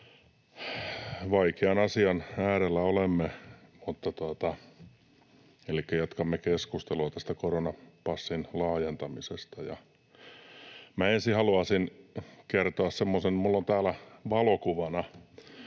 Vaikean asian äärellä olemme, mutta jatkamme keskustelua tästä koronapassin laajentamisesta. Ja minä ensin haluaisin kertoa semmoisen, minulla on täällä valokuvana